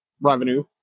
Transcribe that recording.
revenue